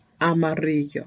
amarillo